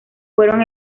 fueron